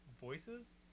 voices